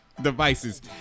devices